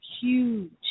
huge